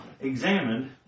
examined